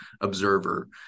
observer